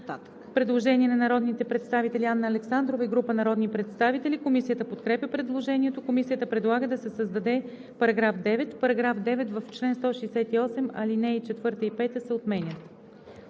Предложение на народния представител Анна Александрова и група народни представители. Комисията подкрепя предложението. Комисията предлага да се създаде § 9: „§ 9. В чл. 168, ал. 4 и 5 се отменят.